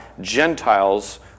Gentiles